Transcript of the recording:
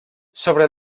sobre